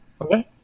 Okay